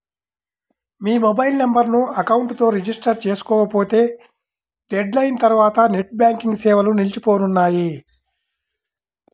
మీ mobile నెంబర్ను account తో register చేసుకోకపోతే డెడ్ లైన్ తర్వాత నెట్ బ్యాంకింగ్ సేవలు నిలిచిపోనున్నాయి